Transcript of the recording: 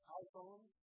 iPhone